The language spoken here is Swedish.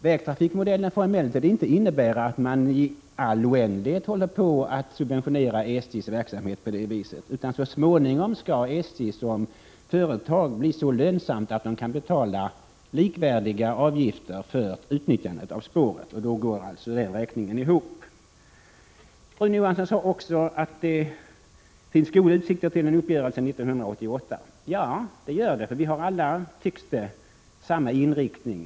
Vägtrafikmodellen får emellertid inte innebära att man i all oändlighet subventionerar SJ:s verksamhet på det viset. Så småningom skall SJ som företag bli så lönsamt att det kan betala likvärdiga avgifter för utnyttjandet av spåren. Då går alltså räkningen ihop. Rune Johansson sade också att det finns goda utsikter till uppgörelse 1988. Ja, det finns det, för vi tycks alla ha samma inriktning.